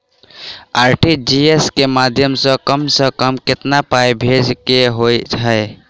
RTGS केँ माध्यम सँ कम सऽ कम केतना पाय भेजे केँ होइ हय?